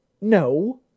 No